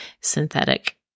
synthetic